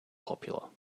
popular